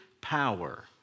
power